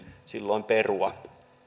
silloin perua